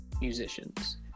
musicians